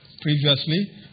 previously